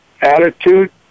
attitude